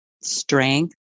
strength